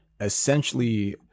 essentially